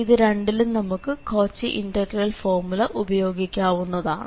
ഇത് രണ്ടിലും നമുക്ക് കോച്ചി ഇന്റഗ്രൽ ഫോർമുല ഉപയോഗിക്കാവുന്നതാണ്